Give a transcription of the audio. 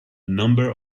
number